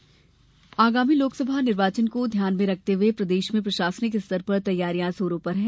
चुनाव तैयारी आगामी लोकसभा निर्वाचन को ध्यान में रखते हुए प्रदेश में प्रशासनिक स्तर पर तैयारियां जोरों पर है